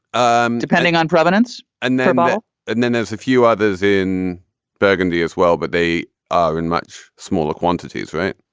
um depending on provenance and their model and then there's a few others in burgundy as well. but they are in much smaller quantities, right?